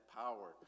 power